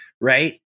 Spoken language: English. right